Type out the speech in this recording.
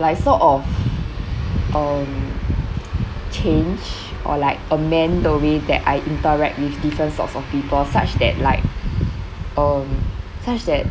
like sort of um change or like amend the way that I interact with different sorts of people such that like um such that